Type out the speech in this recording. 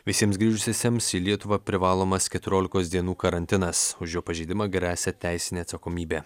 visiems grįžusiesiems į lietuvą privalomas keturiolikos dienų karantinas už jo pažeidimą gresia teisinė atsakomybė